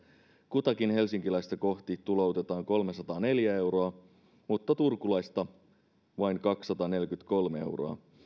kutakin helsinkiläistä kohti tuloutetaan kolmesataaneljä euroa mutta turkulaista kohti vain kaksisataaneljäkymmentäkolme euroa